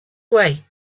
way